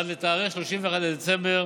עד לתאריך 31 בדצמבר